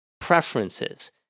Preferences